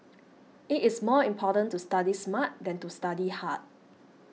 it is more important to study smart than to study hard